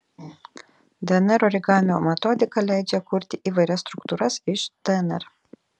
dnr origamio metodika leidžia kurti įvairias struktūras iš dnr